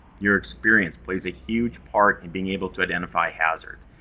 your experience plays a huge part in being able to identify hazards.